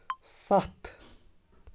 ستھ